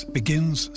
begins